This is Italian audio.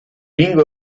lingua